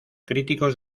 críticos